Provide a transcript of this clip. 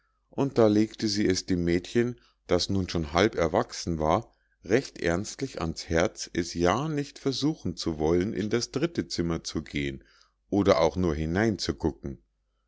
und da legte sie es dem mädchen das nun schon halb erwachsen war recht ernstlich ans herz es ja nicht versuchen zu wollen in das dritte zimmer zu gehen oder auch nur hineinzugucken